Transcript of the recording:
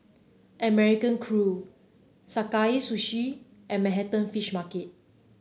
American Crew Sakae Sushi and Manhattan Fish Market